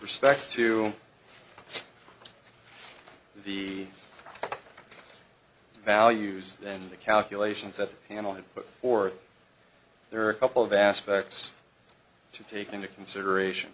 respect to the values then the calculations that panel have put forth there are a couple of aspects to take into consideration